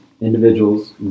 individuals